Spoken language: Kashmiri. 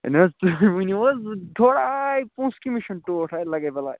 ہے نہٕ حظ تُہۍ ؤنو حظ تھوڑا آے پونٛسہٕ کٔمِس چھُنہٕ ٹھوٹھ أے لَگَے بلایہِ